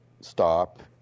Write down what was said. stop